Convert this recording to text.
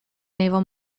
naval